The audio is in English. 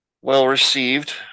well-received